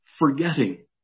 Forgetting